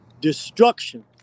destruction